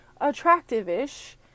attractive-ish